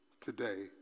today